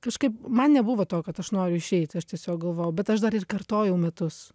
kažkaip man nebuvo to kad aš noriu išeiti aš tiesiog galvojau bet aš dar ir kartojau metus